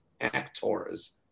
actors